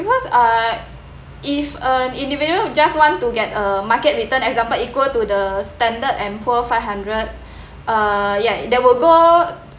because uh if an individual just want to get a market return example equal to the standard and poor five hundred uh ya that will go